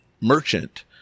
merchant